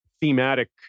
thematic